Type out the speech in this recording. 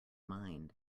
mind